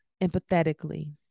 empathetically